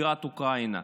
בירת אוקראינה.